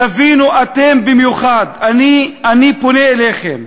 תבינו, אתם במיוחד, אני פונה אליכם,